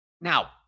Now